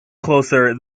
closer